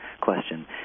question